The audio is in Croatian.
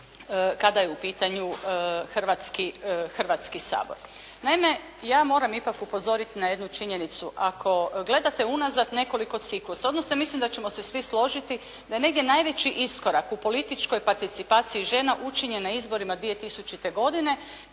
kada je u pitanju Hrvatski sabor. Naime, ja moram ipak upozoriti na jednu činjenicu, ako gledate unazad nekoliko ciklusa, odnosno mislim da ćemo se svi složiti da je negdje najveći iskorak u političkoj participaciji žena učinjen na izborima 2000. godine